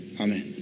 Amen